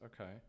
okay